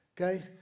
Okay